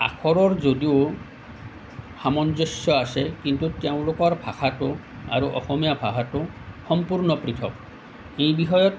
আখৰৰ যদিও সামঞ্জস্য আছে কিন্তু তেওঁলোকৰ ভাষাটো আৰু অসমীয়া ভাষাটো সম্পূৰ্ণ পৃথক এই বিষয়ত